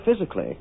physically